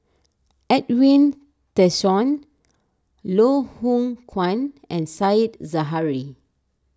Edwin Tessensohn Loh Hoong Kwan and Said Zahari